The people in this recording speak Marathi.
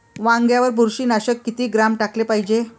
वांग्यावर बुरशी नाशक किती ग्राम टाकाले पायजे?